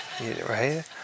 right